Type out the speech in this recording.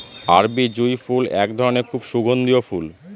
আরবি জুঁই ফুল এক ধরনের খুব সুগন্ধিও ফুল